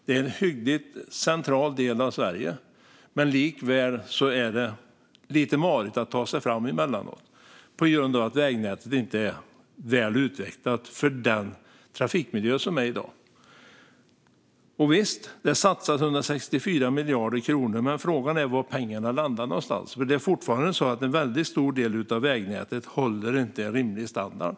Det är en hyggligt central del av Sverige. Men likväl är det emellanåt lite marigt att ta sig fram på grund av att vägnätet inte är väl utvecklat för den trafikmiljö som finns i dag. Visst satsas det 164 miljarder kronor, men frågan är var pengarna landar. Det är fortfarande så att en väldigt stor del av vägnätet inte håller rimlig standard.